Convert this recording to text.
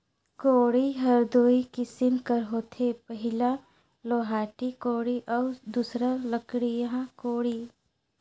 कोड़ी हर दुई किसिम कर होथे पहिला लोहाटी कोड़ी अउ दूसर लकड़िहा कोड़ी